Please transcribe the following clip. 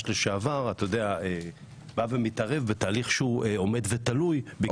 לשעבר בא ומתערב בתהליך שהוא עומד ותלוי.